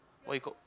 what you call